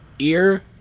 Ear